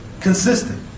Consistent